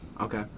Okay